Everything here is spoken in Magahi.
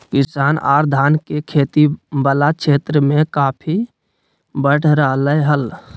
किसान आर धान के खेती वला क्षेत्र मे काफी बढ़ रहल हल